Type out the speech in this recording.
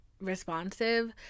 responsive